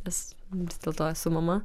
nes vis dėlto esu mama